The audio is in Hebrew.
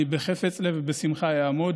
אני בחפץ לב ובשמחה אעמוד.